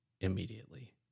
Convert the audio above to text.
immediately